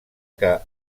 que